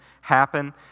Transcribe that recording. happen